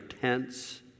tents